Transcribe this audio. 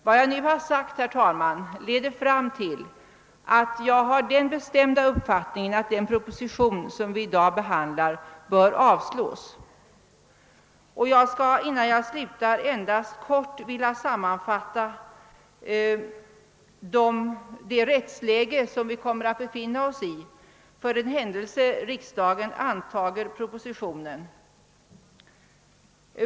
Vad jag här sagt leder fram till att den föreliggande propositionen enligt min mening bör avslås. Innan jag slutar mitt anförande vill jag bara helt kort sammanfatta det rättsläge där vi kommer att befinna oss för den händelse riksdagen antar propositionen.